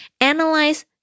analyze